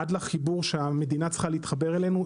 עד החיבור שהמדינה צריכה להתחבר אלינו,